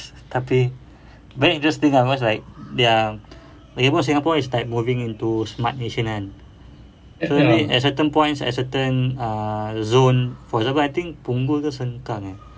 tapi but then it just think of us like their lagipun singapore is moving into smart nation kan so at certain points at certain ah zone for example I think punggol ke sengkang eh